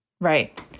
Right